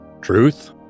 Truth